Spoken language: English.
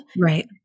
Right